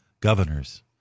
governors